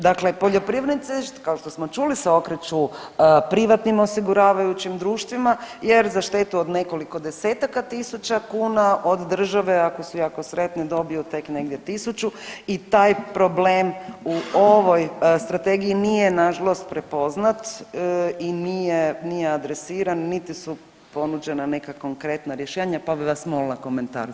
Dakle, poljoprivrednici kao što smo čuli se okreću privatnim osiguravajućim društvima jer za štetu od nekoliko desetaka tisuća kuna od države, ako su jako sretni, dobiju tek negdje tisuću i taj problem u ovoj strategiji nije nažalost prepoznat i nije adresiran niti su ponuđena neka konkretna rješenja pa bi vas molila komentar.